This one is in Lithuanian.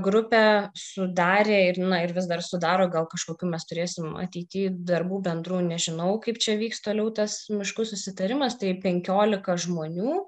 grupę sudarė ir na ir vis dar sudaro gal kažkokių mes turėsim ateity darbų bendrų nežinau kaip čia vyks toliau tas miškų susitarimas tai penkiolika žmonių